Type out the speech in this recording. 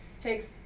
takes